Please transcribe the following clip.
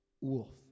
Wolf